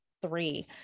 Three